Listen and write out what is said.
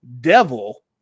devil